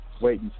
Wait